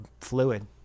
fluid